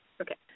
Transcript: Okay